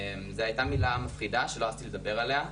זו הייתה מילה מפחידה שלא אהבתי לדבר עליה,